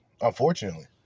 Unfortunately